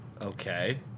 Okay